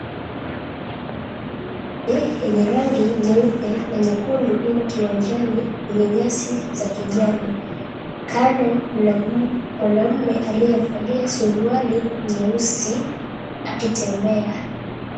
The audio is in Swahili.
Ndege yenye rangi nyeupe na nyekundu imo kiwanjani yenye nyasi za kijani, kando mwanamume aliyevalia suruali nyeusi akitembea.